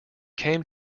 came